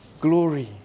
glory